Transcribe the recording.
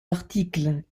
articles